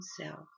self